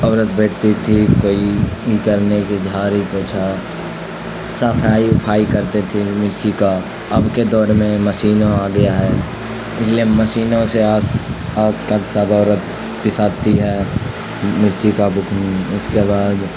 عورت بیٹھتی تھی کوئی یہ کرنے کی جھاڑو پوچھا صفائی افائی کرتے تھے مرچی کا اب کے دور میں مشینوں آ گیا ہے اس لیے مشینوں سے آج کل سب عورت پساتی ہے مرچی کا بکنو اس کے بعد